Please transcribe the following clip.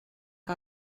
que